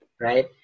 Right